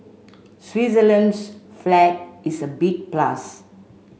Switzerland's flag is a big plus